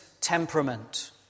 temperament